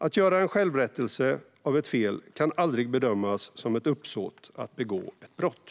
Att göra en självrättelse av ett fel kan aldrig bedömas som ett uppsåt att begå ett brott.